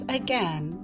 again